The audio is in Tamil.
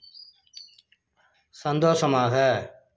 சந்தோஷமாக